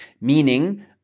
meaning